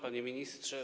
Panie Ministrze!